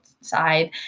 side